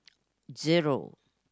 zero